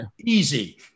Easy